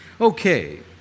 Okay